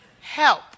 help